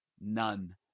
None